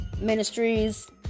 Ministries